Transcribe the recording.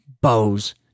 bows